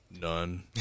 None